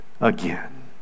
again